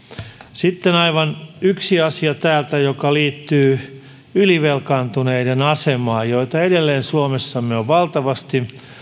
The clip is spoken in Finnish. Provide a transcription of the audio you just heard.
sitten yksi asia täältä joka liittyy ylivelkaantuneiden asemaan joita edelleen suomessa on valtavasti